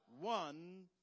one